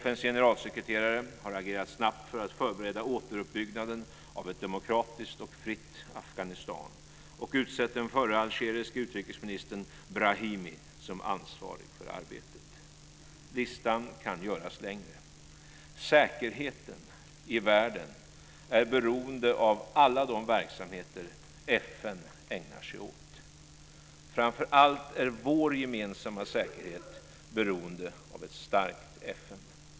FN:s generalsekreterare har agerat snabbt för att förbereda återuppbyggnaden av ett demokratiskt och fritt Afghanistan och utsett den förre algeriske utrikesministern Brahimi som ansvarig för arbetet. Listan kan göras längre. Säkerheten i världen är beroende av alla de verksamheter FN ägnar sig åt. Framför allt är vår gemensamma säkerhet beroende av ett starkt FN.